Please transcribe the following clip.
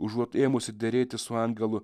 užuot ėmusi derėtis su angelu